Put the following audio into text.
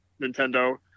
Nintendo